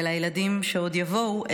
ולילדים שעוד יבואו,